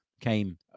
came